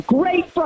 great